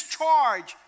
charge